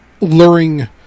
luring